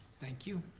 thank you.